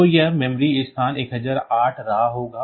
तो यह memory स्थान 1008 रहा होगा